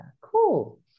cool